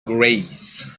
grace